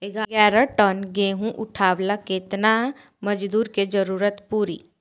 ग्यारह टन गेहूं उठावेला केतना मजदूर के जरुरत पूरी?